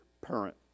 parent